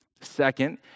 Second